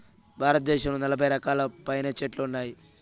భారతదేశంలో నలబై రకాలకు పైనే చెట్లు ఉన్నాయి